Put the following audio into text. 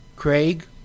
Craig